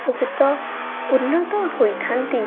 ବହୁତ ଉନ୍ନତ ହୋଇଥାନ୍ତି